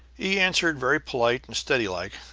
he answered very polite and steady like,